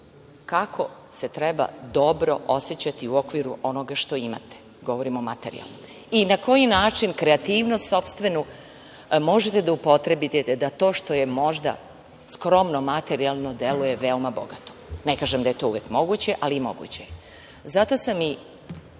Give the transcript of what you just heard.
kako se treba dobro osećati u okviru onoga što imate, govorim o materijalnom, i na koji način kreativnost sopstvenu možete da upotrebite da to što je možda skromno materijalno delo je veoma bogato. Ne kažem da je to uvek moguće, ali moguće je. Zato sam i